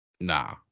Nah